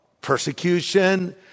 persecution